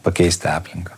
pakeisti aplinką